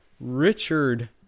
Richard